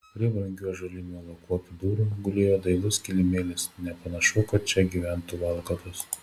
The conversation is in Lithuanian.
prie brangių ąžuolinių lakuotų durų gulėjo dailus kilimėlis nepanašu kad čia gyventų valkatos